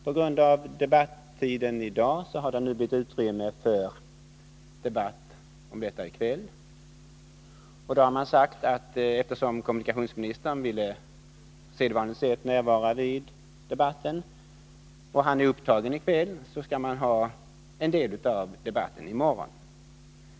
På grund av att debatterna i dag tagit kortare tid än beräknat har det nu blivit utrymme för debatt om detta i kväll. Då har det sagts att vi, eftersom kommunikationsministern ville på sedvanligt sätt närvara vid debatten och han är upptagen i kväll, skall ha en del av debatten i morgon.